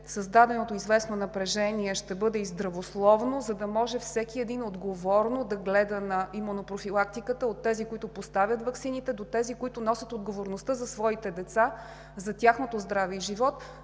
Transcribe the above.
създаденото известно напрежение ще бъде и здравословно, за да може всеки един отговорно да гледа на имунопрофилактиката – от тези, които поставят ваксините, до тези, които носят отговорността за своите деца, за тяхното здраве и живот,